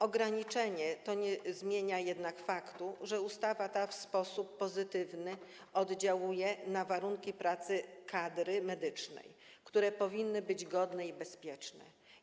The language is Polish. Ograniczenie to nie zmienia faktu, że ustawa ta w sposób pozytywny oddziałuje na warunki pracy kadry medycznej, które powinny być godne i bezpieczne.